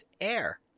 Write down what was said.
air